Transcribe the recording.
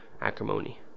acrimony